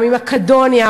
ממקדוניה,